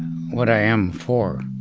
what i am for.